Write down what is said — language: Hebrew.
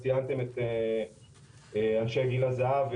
ציינתם את אנשי גיל הזהב,